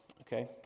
okay